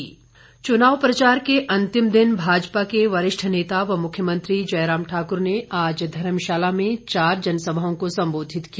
मुख्यमंत्री चुनाव प्रचार के अंतिम दिन भाजपा के वरिष्ठ नेता व मुख्यमंत्री जयराम ठाकुर ने आज धर्मशाला में चार जनसभाओं को संबोधित किया